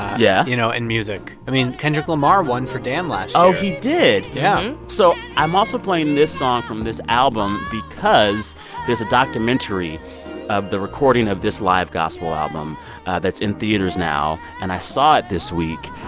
yeah. you know, in music. i mean, kendrick lamar won for damn last year oh, he did yeah um so i'm also playing this song from this album because there's a documentary of the recording of this live gospel album that's in theaters now, now, and i saw it this week.